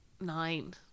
nine